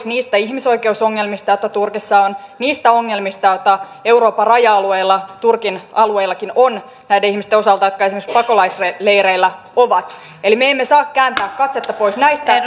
niistä ihmisoikeusongelmista joita turkissa on niistä ongelmista joita euroopan raja alueilla turkin alueillakin on näiden ihmisten osalta jotka esimerkiksi pakolaisleireillä ovat me emme saa kääntää katsetta pois näistä